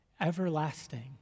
everlasting